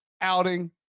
outing